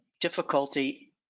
difficulty